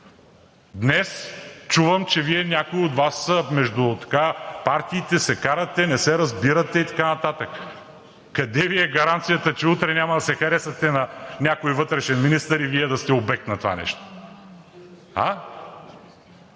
Днес чувам, че някои от Вас между партиите се карате, не се разбирате и така нататък. Къде Ви е гаранцията, че утре няма да се харесате на някой вътрешен министър и Вие да сте обект на това нещо? А?!